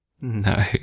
No